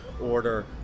order